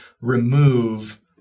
remove